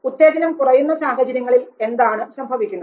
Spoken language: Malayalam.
ഉത്തേജനം കുറയുന്ന സാഹചര്യങ്ങളിൽ എന്താണ് സംഭവിക്കുന്നത്